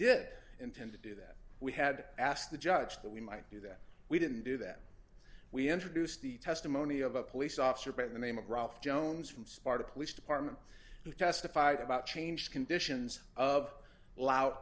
did intend to do that we had asked the judge that we might do that we didn't do that we introduced the testimony of a police officer by the name of robert jones from sparta police department who testified about change conditions of lou